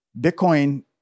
Bitcoin